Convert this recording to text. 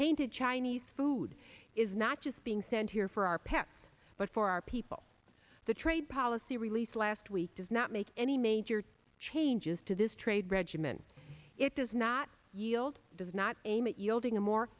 tainted chinese food is not just being sent here for our pets but for our people the trade policy released last week does not make any major changes to this trade regimen it does not yield does not aim at